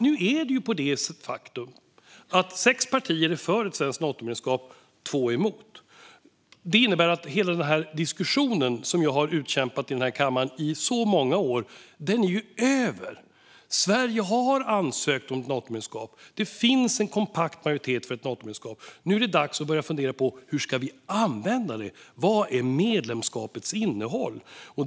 Nu är det ett faktum att sex partier är för ett svenskt Natomedlemskap, och två är emot. Det innebär att hela diskussionen som jag har utkämpat i kammaren i så många år är över. Sverige har ansökt om Natomedlemskap. Det finns en kompakt majoritet för ett Natomedlemskap. Nu är det dags att börja fundera över hur vi ska använda medlemskapet. Vad är medlemskapets innehåll?